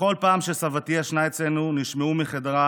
בכל פעם שסבתי ישנה אצלנו נשמעו מחדרה